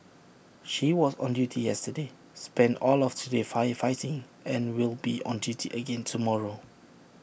she was on duty yesterday spent all of today firefighting and will be on duty again tomorrow